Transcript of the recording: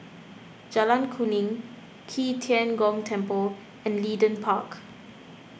Jalan Kuning Qi Tian Gong Temple and Leedon Park